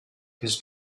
his